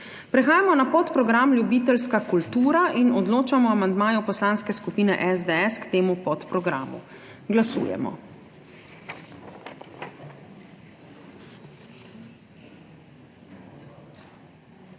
Prehajamo na podprogram Ljubiteljska kultura in odločamo o amandmaju Poslanske skupine SDS k temu podprogramu. Glasujemo.